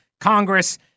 Congress